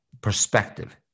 perspective